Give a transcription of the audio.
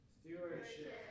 Stewardship